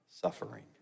suffering